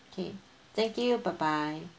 okay thank you bye bye